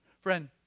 Friend